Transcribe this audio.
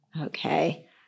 Okay